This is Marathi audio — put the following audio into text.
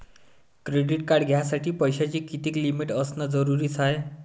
क्रेडिट कार्ड घ्यासाठी पैशाची कितीक लिमिट असनं जरुरीच हाय?